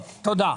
טוב, תודה.